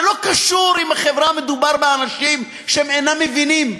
זה לא קשור אם מדובר באנשים שאינם מבינים,